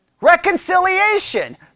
Reconciliation